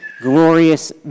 Glorious